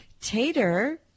tater-